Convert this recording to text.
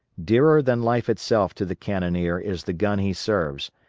dearer than life itself to the cannoneer is the gun he serves,